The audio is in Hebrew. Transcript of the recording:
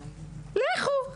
לכו,